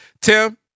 Tim